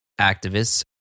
activists